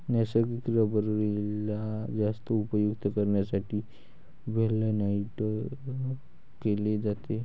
नैसर्गिक रबरेला जास्त उपयुक्त करण्यासाठी व्हल्कनाइज्ड केले जाते